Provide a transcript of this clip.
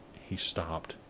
he stopped,